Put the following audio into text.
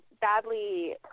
badly